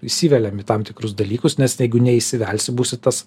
įsiveliam į tam tikrus dalykus nes jeigu neįsivelsi būsi tas